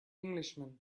englishman